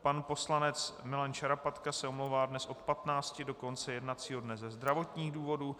Pan poslanec Milan Šarapatka se omlouvá dnes od 15 do konce jednacího dne ze zdravotních důvodů.